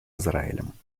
израилем